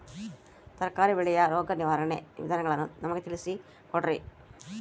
ತರಕಾರಿ ಬೆಳೆಯ ರೋಗ ನಿರ್ವಹಣೆಯ ವಿಧಾನಗಳನ್ನು ನಮಗೆ ತಿಳಿಸಿ ಕೊಡ್ರಿ?